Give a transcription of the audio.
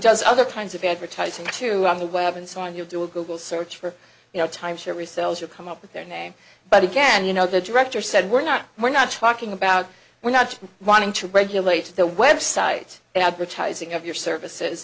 does other kinds of advertising too on the web and so on you do a google search for you know timeshare resales you come up with their name but again you know the director said we're not we're not talking about we're not wanting to regulate the website advertising of your services